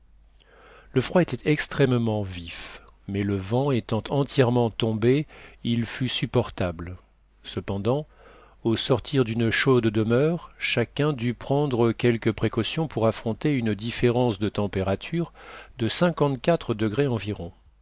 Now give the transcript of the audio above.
le froid était extrêmement vif mais le vent étant entièrement tombé il fut supportable cependant au sortir d'une chaude demeure chacun dut prendre quelques précautions pour affronter une différence de température de cinquante quatre degrés environ